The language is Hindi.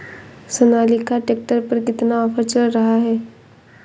सोनालिका ट्रैक्टर पर कितना ऑफर चल रहा है?